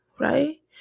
right